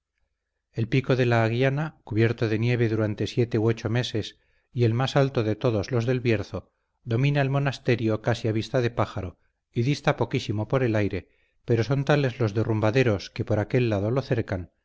el pico de la aguiana cubierto de nieve durante siete u ocho meses y el más alto de todos los del bierzo domina el monasterio casi a vista de pájaro y dista poquísimo por el aire pero son tales los derrumbaderos que por aquel lado lo cercan